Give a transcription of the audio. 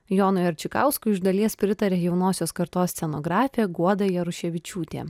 jonui arčikauskui iš dalies pritarė jaunosios kartos scenografė guoda jaruševičiūtė